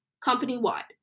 company-wide